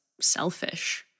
selfish